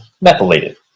methylated